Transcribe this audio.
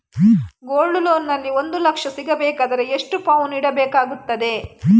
Gold loan ನಲ್ಲಿ ಒಂದು ಲಕ್ಷ ಸಿಗಬೇಕಾದರೆ ಎಷ್ಟು ಪೌನು ಇಡಬೇಕಾಗುತ್ತದೆ?